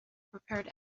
prepared